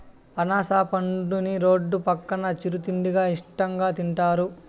అనాస పండుని రోడ్డు పక్కన చిరు తిండిగా ఇష్టంగా తింటారు